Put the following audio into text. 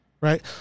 right